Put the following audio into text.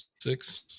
six